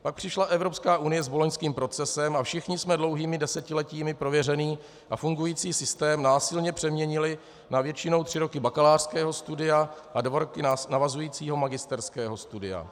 Pak přišla Evropská unie s boloňským procesem a všichni jsme dlouhými desetiletími prověřený a fungující systém násilně přeměnili na většinou tři roky bakalářského studia a dva roky navazujícího magisterského studia.